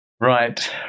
Right